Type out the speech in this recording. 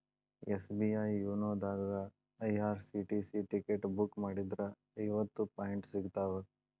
SBI YONO ದಾಗಾ IRCTC ticket book ಮಾಡಿದ್ರ ಐವತ್ತು ಪಾಯಿಂಟ್ ಸಿಗ್ತಾವ